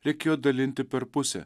reikėjo dalinti per pusę